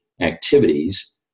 activities